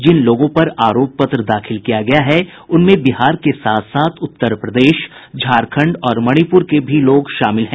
जिन लोगों पर आरोप पत्र दाखिल किया गया है उनमें बिहार के साथ साथ उत्तर प्रदेश झारखण्ड और मणिपुर के भी लोग शामिल हैं